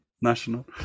national